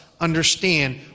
understand